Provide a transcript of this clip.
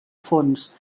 fons